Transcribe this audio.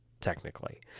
technically